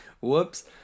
whoops